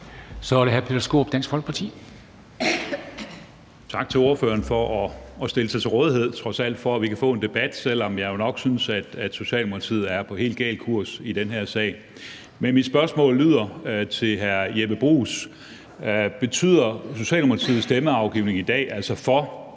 Kl. 13:27 Peter Skaarup (DF): Tak til ordføreren for trods alt at stille sig til rådighed, så vi kan få en debat, selv om jeg jo nok synes, at Socialdemokratiet er på helt gal kurs i den her sag. Mit spørgsmål til hr. Jeppe Bruus lyder: Betyder Socialdemokratiets stemmeafgivning i dag, altså det,